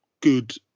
good